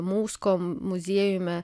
mūskom muziejumi